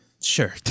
Sure